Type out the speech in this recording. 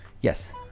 Yes